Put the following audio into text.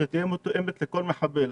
חבילה שתהיה מותאמת לכל מחבל.